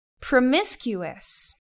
Promiscuous